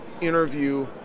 interview